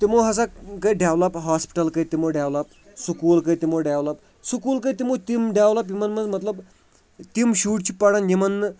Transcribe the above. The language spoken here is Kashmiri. تِمو ہسا کٔرۍ ڈیولَپ ہاسپِٹل کٔرۍ تِمو ڈیولَپ سکوٗل کٔرۍ تِمو ڈیولَپ سکوٗل کٔرۍ تِمو تِم ڈیولَپ یِمن منٛز مطلب تِم شُرۍ چھِ پران یِمن نہٕ